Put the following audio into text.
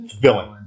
villain